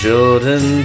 Jordan